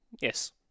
Yes